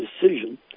decision